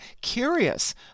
curious